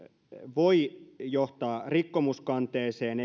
voi johtaa rikkomuskanteeseen